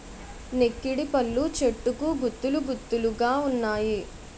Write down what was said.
నెక్కిడిపళ్ళు చెట్టుకు గుత్తులు గుత్తులు గావున్నాయి